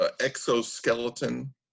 exoskeleton